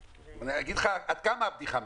אגיד לך עד כמה הבדיחה מצחיקה,